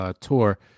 tour